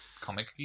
Comic